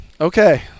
Okay